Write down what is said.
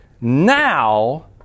now